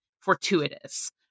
fortuitous